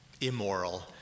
immoral